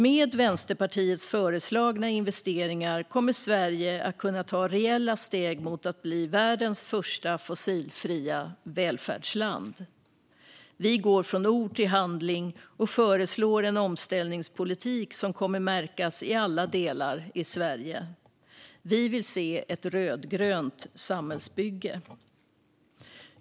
Med Vänsterpartiets föreslagna investeringar kommer Sverige att kunna ta reella steg mot att bli världens första fossilfria välfärdsland. Vi går från ord till handling och föreslår en omställningspolitik som kommer att märkas i alla delar i Sverige. Vi vill se ett rödgrönt samhällsbygge.